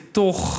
toch